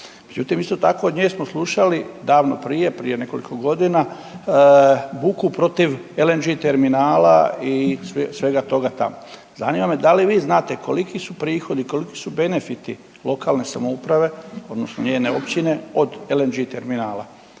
isto tako od nje smo slušali davno prije, prije nekoliko godina buku protiv LNG terminala i svega toga tamo. Zanima me da li vi znate koliki su prihodi, koliki su benefiti lokalne samouprave, odnosno njene općine od LNG terminala.